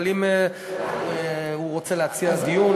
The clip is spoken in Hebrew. אבל אם הוא רוצה להציע דיון,